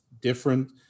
different